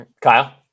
Kyle